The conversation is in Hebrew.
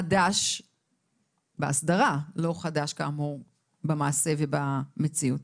חדש בהסדרה, לא חדש כאמור במעשה ובמציאות.